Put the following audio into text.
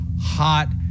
hot